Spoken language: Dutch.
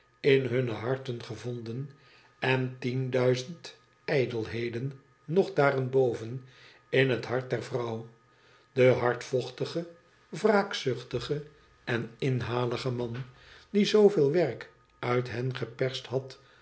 in hunne harten gevonden en tien duizend ijdelheden nog daarenboven in het hart der vrouw de hardvochtige wraakzuchtige en inhalige man die zooveel werk uit hen geperst had